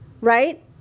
right